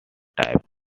type